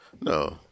No